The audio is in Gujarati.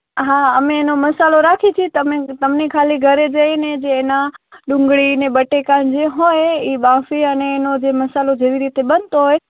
હા અમે એનો મસાલો રાખીએ છીએ તમે તમને ખાલી ઘરે જઈને જે એનાં ડુંગળી અને બટાકા જે હોય એ બાફીને તેનો જે મસાલો જેવી રીતે બનતો હોય